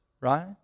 right